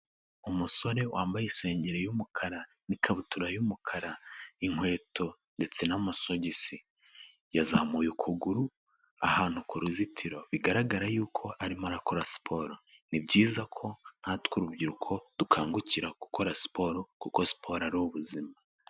Umusore wambaye isengeri y'umukara n'ikabutura y'umukara, inkweto ndetse n'amasogisi, yazamuye ukuguru ahantu ku ruzitiro bigaragara y'uko arimo arakora siporo, ni byiza ko nkatwe urubyiruko dukangukira gukora siporo kuko siporo ari ubuzima.